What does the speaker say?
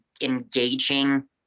engaging